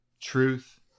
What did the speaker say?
truth